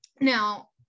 Now